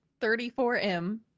34M